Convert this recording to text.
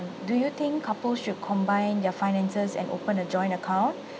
do you think couples should combine their finances and open a joint account